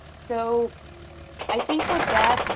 so i think with that,